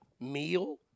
meal